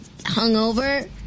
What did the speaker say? hungover